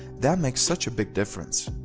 that makes such a big difference.